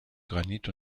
granit